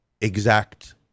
exact